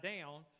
down